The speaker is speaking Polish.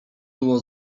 było